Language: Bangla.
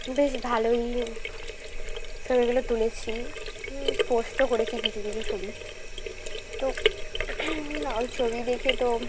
বেশ ভালোই ছবিগুলো তুলেছি পোস্টও করেছি কিছু কিছু ছবি তো ওই ছবি দেখে তো